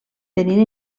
tenint